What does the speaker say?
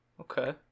okay